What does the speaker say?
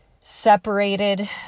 separated